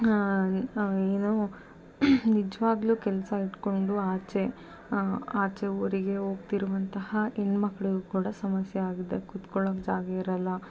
ಏನು ನಿಜವಾಗ್ಲೂ ಕೆಲಸ ಇಟ್ಟುಕೊಂಡು ಆಚೆ ಆಚೆ ಊರಿಗೆ ಹೋಗ್ತಿರುವಂತಹ ಹೆಣ್ಮಕ್ಳಿಗೂ ಕೂಡ ಸಮಸ್ಯೆ ಆಗಿದೆ ಕುತ್ಕೊಳೋಕ್ಕೆ ಜಾಗ ಇರೋಲ್ಲ